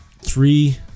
three